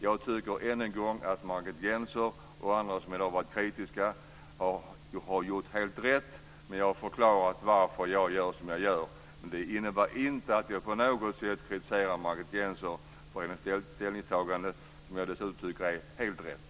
Jag vill än en gång säga att jag tycker att Margit Gennser och andra som i dag har varit kritiska har gjort helt rätt, men jag har förklarat varför jag gör som jag gör. Det innebär inte att jag på något sätt kritiserar Margit Gennser för hennes ställningstagande, som jag tycker är helt riktigt.